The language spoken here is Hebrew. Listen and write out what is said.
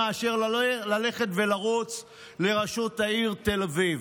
מאשר ללכת ולרוץ לראשות העיר תל אביב.